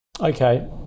Okay